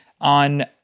on